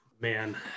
Man